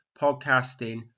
podcasting